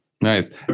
nice